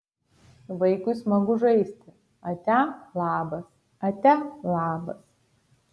vaikui smagu žaisti atia labas atia labas